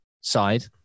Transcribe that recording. side